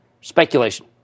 speculation